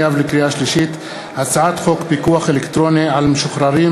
לקריאה שנייה ולקריאה שלישית: הצעת חוק פיקוח אלקטרוני על משוחררים